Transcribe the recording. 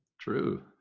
True